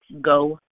go